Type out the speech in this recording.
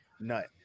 nut